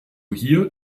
hier